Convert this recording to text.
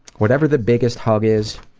whatever the biggest hug is